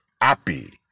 happy